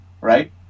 right